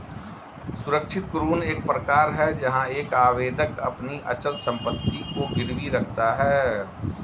सुरक्षित ऋण एक प्रकार है जहां एक आवेदक अपनी अचल संपत्ति को गिरवी रखता है